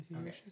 okay